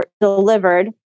delivered